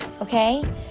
okay